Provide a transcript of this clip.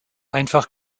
einfach